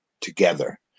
together